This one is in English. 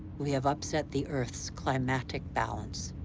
we have upset the earth's climatic balance.